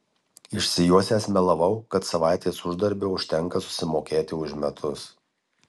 išsijuosęs melavau kad savaitės uždarbio užtenka susimokėti už metus